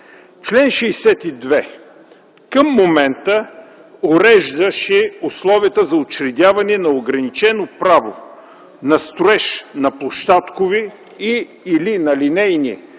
чл. 62. Към момента той уреждаше условията за учредяване на ограничено право на строеж на площадкови и/или на линейни